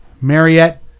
Mariette